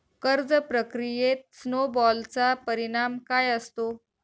कर्ज प्रक्रियेत स्नो बॉलचा परिणाम काय असतो?